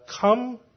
come